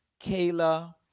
Kayla